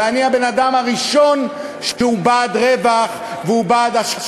ואני הבן-אדם הראשון שהוא בעד רווח,